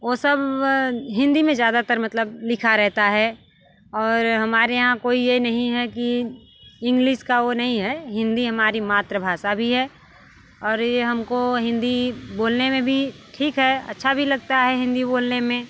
वो सब हिंदी में ज़्यादातर मतलब लिखा रहता है और हमारे यहाँ कोई ये नहीं है कि इंग्लिश का वो नहीं है हिंदी हमारी मातृभाषा भी है और ये हमको हिंदी बोलने में भी ठीक है अच्छा भी लगता है हिंदी बोलने में